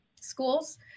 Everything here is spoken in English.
schools